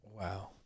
Wow